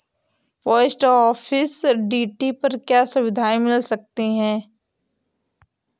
Post office TD पर क्या सुविधाएँ मिल सकती है?